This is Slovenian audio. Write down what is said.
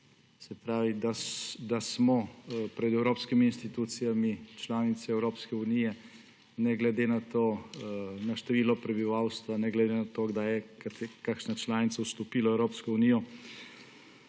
se pravi, da smo pred evropskimi institucijami članice Evropske unije ne glede na število prebivalstva, ne glede na to, kdaj je kakšna članica vstopila v Evropsko unijo,